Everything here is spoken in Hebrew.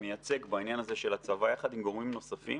כמייצג בעניין זה של הצבא, יחד עם גורמים נוספים